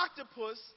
octopus